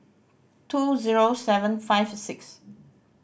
two zero seven five six